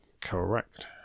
correct